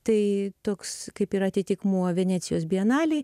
tai toks kaip ir atitikmuo venecijos bienalei